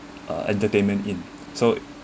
uh entertainment in so